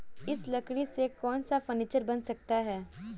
इस लकड़ी से कौन सा फर्नीचर बन सकता है?